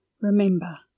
Remember